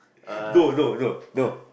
no no no no